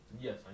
Yes